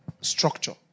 structure